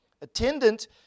attendant